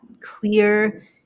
clear